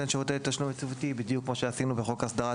שירותי תשלום יציבותי בדיוק כפי שעשינו בחוק הסדרת